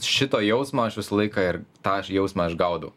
šito jausmo aš visą laiką ir tą jausmą aš gaudau